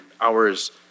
hours